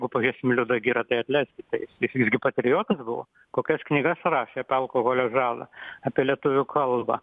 o pažiūrėsim liudą girą tai atleiskit tai jis visgi patriotas buvo kokias knygas rašė apie alkoholio žalą apie lietuvių kalbą